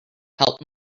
help